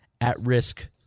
at-risk